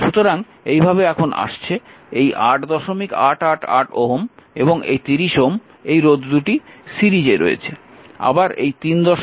সুতরাং এইভাবে এখন আসছে এই 8888 Ω এবং এই 30 Ω রোধদুটি সিরিজে রয়েছে